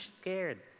scared